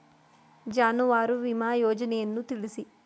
ಜಾನುವಾರು ವಿಮಾ ಯೋಜನೆಯನ್ನು ತಿಳಿಸಿ?